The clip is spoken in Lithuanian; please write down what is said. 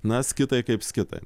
na skitai kaip skitai